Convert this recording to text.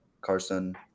Carson